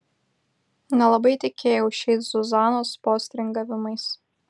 nelabai tikėjau šiais zuzanos postringavimais